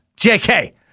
JK